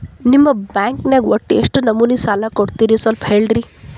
ನಿಮ್ಮ ಬ್ಯಾಂಕ್ ನ್ಯಾಗ ಒಟ್ಟ ಎಷ್ಟು ನಮೂನಿ ಸಾಲ ಕೊಡ್ತೇರಿ ಸ್ವಲ್ಪ ಹೇಳ್ರಿ